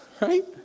Right